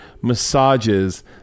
massages